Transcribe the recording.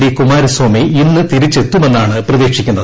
D Kumaraswamy ഇന്ന് തിരിച്ചെത്തുമെന്നാണ് പ്രതീക്ഷിക്കുന്നത്